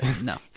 No